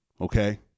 okay